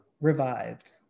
revived